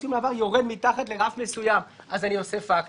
ציון המעבר יורד מתחת לרף מסוים אז אני עושה פקטור,